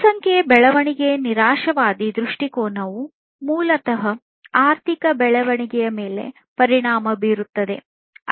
ಜನಸಂಖ್ಯೆಯ ಬೆಳವಣಿಗೆಯ ನಿರಾಶಾವಾದಿ ದೃಷ್ಟಿಕೋನವು ಮೂಲತಃ ಆರ್ಥಿಕ ಬೆಳವಣಿಗೆಯ ಮೇಲೆ ಪರಿಣಾಮ ಬೀರುತ್ತದೆ